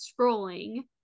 scrolling